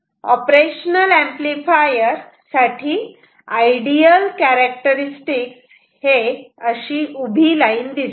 operation amplifier साठी ideal characteristic हे असे उभी लाईन दिसते